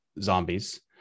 zombies